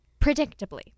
Predictably